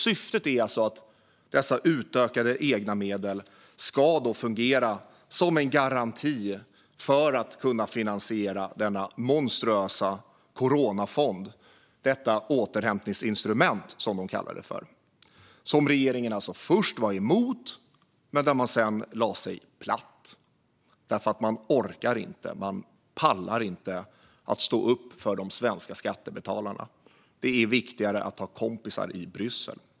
Syftet är alltså att dessa utökade egna medel ska fungera som garanti för att kunna finansiera denna monstruösa coronafond - detta återhämtningsinstrument, som man kallar det, som regeringen alltså först var emot men sedan lade sig platt för därför att man inte orkar, inte pallar, stå upp för de svenska skattebetalarna. Det är viktigare att ha kompisar i Bryssel.